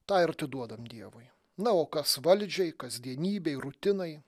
tą ir atiduodam dievui na o kas valdžiai kasdienybei rutinai